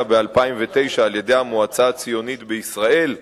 ב-2009 על-ידי המועצה הציונית בישראל,